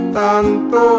tanto